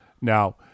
Now